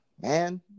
man